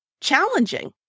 challenging